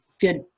good